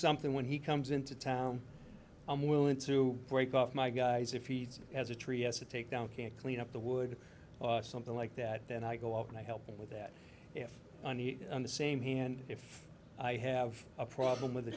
something when he comes into town i'm willing to break up my guys if he has a tree as a takedown can't clean up the wood or something like that then i go out and i help him with that if the same hand if i have a problem with